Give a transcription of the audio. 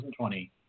2020